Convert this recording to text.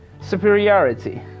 superiority